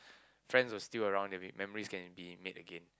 friends who are still around that made memories can be made again